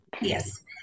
Yes